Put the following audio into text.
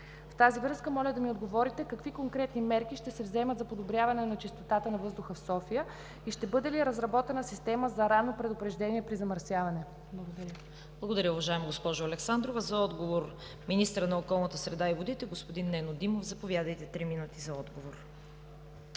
В тази връзка моля да ми отговорите: какви конкретни мерки ще се вземат за подобряване чистотата на въздуха в София и ще бъде ли разработена система за ранно предупреждение при замърсяване? Благодаря. ПРЕДСЕДАТЕЛ ЦВЕТА КАРАЯНЧЕВА: Благодаря Ви, уважаема госпожо Александрова. За отговор – министърът на околната среда и водите господин Нено Димов. Заповядайте – три минути за отговор.